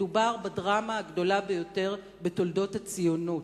מדובר בדרמה הגדולה ביותר בתולדות הציונות,